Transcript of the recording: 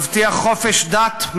תבטיח חופש דת,